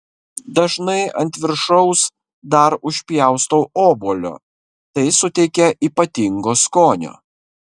dažnai ant viršaus dar užpjaustau obuolio tai suteikia ypatingo skonio